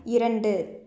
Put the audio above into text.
இரண்டு